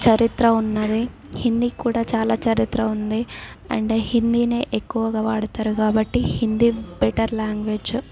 చరిత్ర ఉన్నది హిందీ కూడా చాలా చరిత్ర ఉంది అండ్ హిందీనే ఎక్కువగా వాడుతారు కాబట్టి హిందీ బెటర్ లాంగ్వేజ్